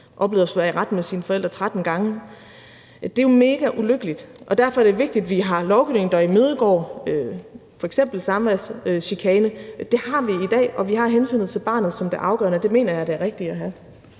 og oplevede, at forældrene skulle i retten 13 gange. Det er jo megaulykkeligt, og derfor er det vigtigt, at vi har lovgivning, der imødegår f.eks. samværschikane. Det har vi i dag, og vi har hensynet til barnet som det afgørende, og det mener jeg er det rigtige at have.